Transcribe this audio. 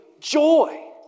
joy